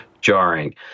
jarring